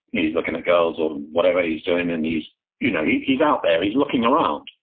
he's looking at girls or whatever he's doing, and he's you know yeah he's out there, he's looking around.